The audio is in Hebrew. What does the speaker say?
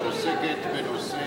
שעוסקת בנושא